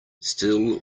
still